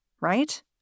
right